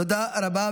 תודה רבה.